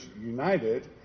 united